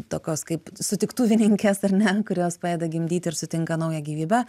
tokios kaip sutiktuvininkės ar ne kurios padeda gimdyti ir sutinka naują gyvybę